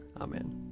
Amen